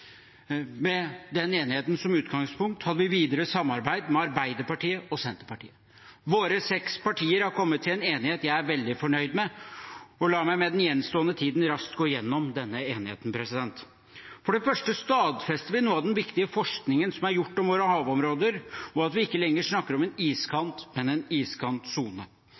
Med den enigheten som utgangspunkt hadde vi videre samarbeid med Arbeiderpartiet og Senterpartiet. Våre seks partier har kommet til en enighet jeg er veldig fornøyd med. La meg med den gjenstående tiden raskt gå gjennom denne enigheten. For det første stadfester vi noe av den viktige forskningen som er gjort om våre havområder, og at vi ikke lenger snakker om en iskant, men om en